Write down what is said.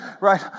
right